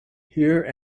here